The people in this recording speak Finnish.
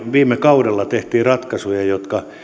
viime kaudella tehtiin ratkaisuja jotka